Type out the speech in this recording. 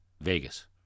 Vegas